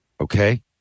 Okay